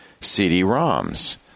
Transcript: CD-ROMs